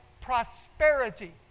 prosperity